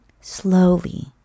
slowly